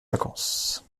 vacances